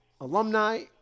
alumni